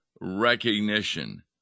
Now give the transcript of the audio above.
recognition